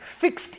fixed